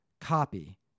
copy